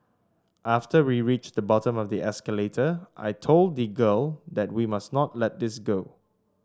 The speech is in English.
after we reached the bottom of the escalator I told the girl that we must not let this go